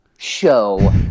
Show